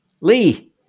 Lee